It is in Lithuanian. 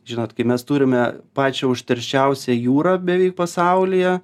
žinot kai mes turime pačią užterščiausią jūrą beveik pasaulyje